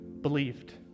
believed